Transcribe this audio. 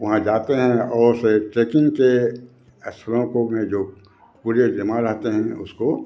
वहाँ जाते हैं और से ट्रेकिंग के स्थलों को में जो कूड़े जमा रहते हैं उसको